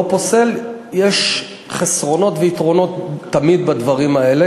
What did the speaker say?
תמיד יש חסרונות ויתרונות בדברים האלה.